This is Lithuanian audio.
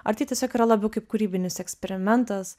ar tai tiesiog yra labiau kaip kūrybinis eksperimentas